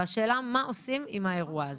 השאלה היא מה עושים עם האירוע הזה.